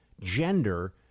gender